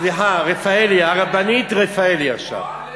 סליחה, רפאלי, הרבנית רפאלי, עכשיו,